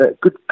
good